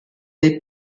des